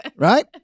Right